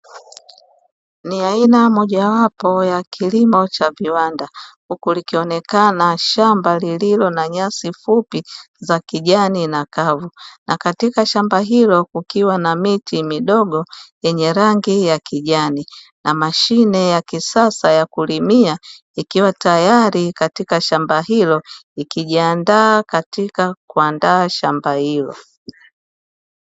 Ni aina mojawapo ya kilimo cha viwanda huku likionekana shamba lililo na nyasi fupi za kijani na kavu na katika shamba hilo kukiwa na miti midogo yenye rangi ya kijani na mashine ya kisasa ya kulimia ikiwa tayari katika shamba hilo, ikijiandaa katika kuandaa shamba hilo.